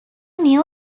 new